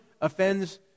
offends